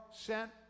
sent